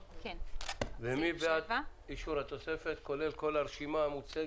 מי בעד אישור התוספת כולל כל הרשימה המוצגת?